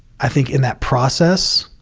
i think in that process,